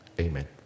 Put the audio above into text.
Amen